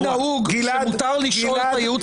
-- מאוד נהוג שמותר לשאול את הייעוץ